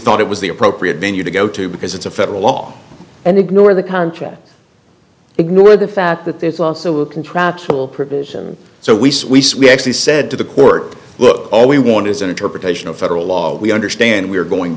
thought it was the appropriate venue to go to because it's a federal law and ignore the contract ignore the fact that there's also a contractual provision so we suisse we actually said to the court look all we want is an interpretation of federal law we understand we're going